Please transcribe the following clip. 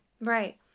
Right